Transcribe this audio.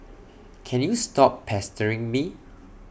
can you stop pestering me